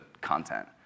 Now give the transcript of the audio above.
content